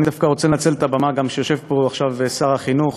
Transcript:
אני דווקא רוצה לנצל את הבמה גם כי יושב פה עכשיו שר החינוך